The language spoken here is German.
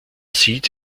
sieht